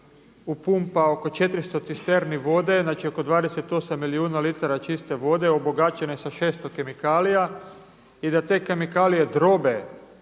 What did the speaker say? upumpa oko 400 cisterni vode, znači 28 milijuna litara čiste vode obogaćene sa 600 kemikalija i da te kemikalije drobe